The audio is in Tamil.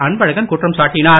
அன்பழகன் குற்றம் சாட்டினார்